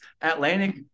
atlantic